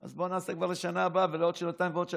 אז בואו נעשה כבר לשנה הבאה ולעוד שנתיים ולעוד שלוש.